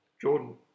Jordan